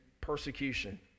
persecution